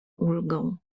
ulgą